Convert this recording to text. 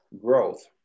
growth